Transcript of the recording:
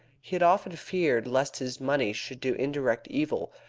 he had often feared lest his money should do indirect evil,